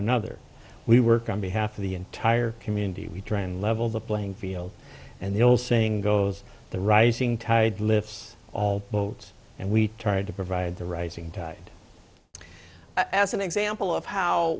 another we work on behalf of the entire community we try and level the playing field and the old saying goes the rising tide lifts all boats and we try to provide the rights and as an example of how